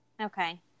Okay